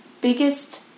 biggest